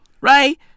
right